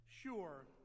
Sure